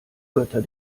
götter